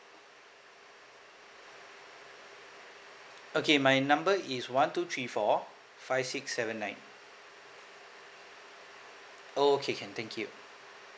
okay my number is one two three four five six seven nine okay can thank you